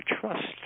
trust